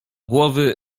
głowy